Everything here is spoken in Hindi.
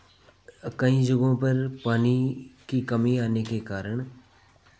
अब कई जगहों पर पानी की कमी आने के कारण